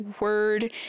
word